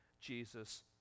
Jesus